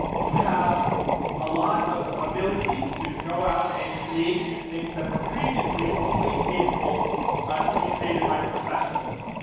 you have a lot of ability to go out and create new things that were previously only capable to be created by professionals.